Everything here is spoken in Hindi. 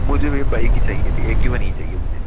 मुझे भैया बाइक ही चाहिए थी एक्टिवा नहीं चाहिए मुझे